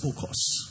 focus